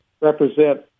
represent